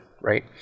right